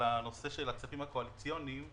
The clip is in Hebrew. על הנושא של הכספים הקואליציוניים.